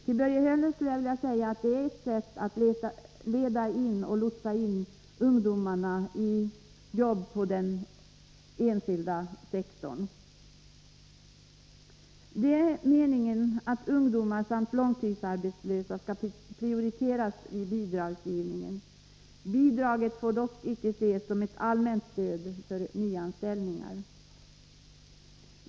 Till Börje Hörnlund vill jag säga att det är ett sätt att lotsa in ungdomar på jobbi den enskilda sektorn. Det är meningen att ungdomar samt långtidsarbetslösa skall prioriteras vid bidragsgivningen. Bidraget får inte ses som ett allmänt stöd för nyanställningar.